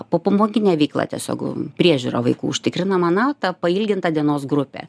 popamokinė veikla tiesiog priežiūra vaikų užtikrinama na ta pailginta dienos grupė